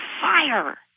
fire